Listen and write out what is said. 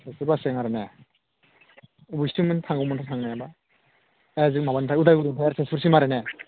गंसे बासजों आरोना बबेसिम थांगौमोन थांनायाबा दा जि माबानिफ्राय उदालगुरिनिफ्राय तेजफुरसिम आरो ने